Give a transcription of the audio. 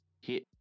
hit